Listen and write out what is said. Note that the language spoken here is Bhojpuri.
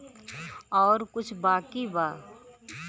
और कुछ बाकी बा?